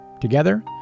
Together